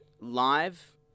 live